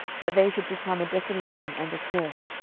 that they should become a desolation and a curse,